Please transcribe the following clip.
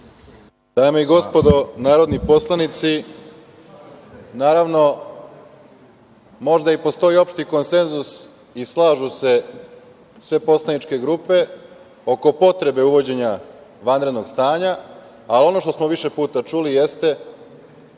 Dame i gospodo narodni poslanici, možda postoji opšti konsenzus i slažu se sve poslaničke grupe oko potrebe uvođenja vanrednog stanja, a ono što smo više puta čuli jeste